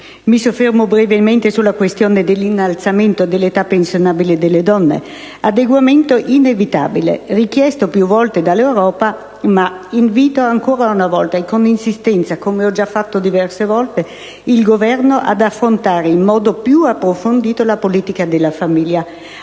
Mi soffermo brevemente sulla questione dell'innalzamento dell'età pensionabile delle donne: adeguamento inevitabile e richiesto più volte dall'Europa, ma invito in proposito, ancora una volta e con insistenza, come ho già fatto diverse volte, il Governo ad affrontare in modo più approfondito la politica della famiglia,